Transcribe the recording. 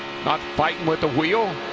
not fighting with the wheel.